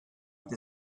with